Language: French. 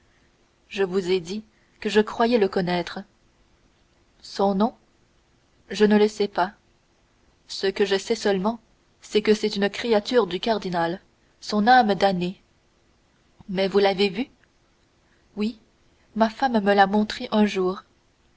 je vous ai dit que je croyais le connaître son nom je ne le sais pas ce que je sais seulement c'est que c'est une créature du cardinal son âme damnée mais vous l'avez vu oui ma femme me l'a montré un jour